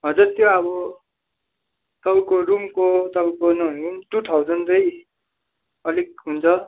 हजर त्यो अब तपाईँको रुमको तपाईँको नभनेको पनि टू थाउजन्ड चाहिँ अलिक हुन्छ